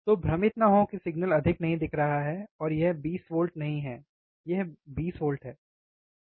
तो भ्रमित न हों कि सिग्नल अधिक नहीं दिख रहा है और यह 20 वोल्ट नहीं है यह 20 वोल्ट है